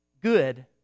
Good